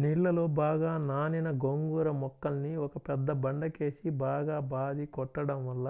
నీళ్ళలో బాగా నానిన గోంగూర మొక్కల్ని ఒక పెద్ద బండకేసి బాగా బాది కొట్టడం వల్ల